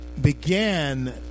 began